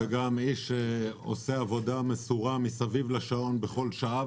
והוא גם איש שעושה עבודה מסורה מסביב לשעון בכל שעה.